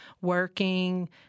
working